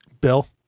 Bill